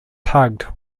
tugged